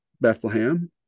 bethlehem